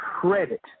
credit